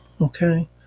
Okay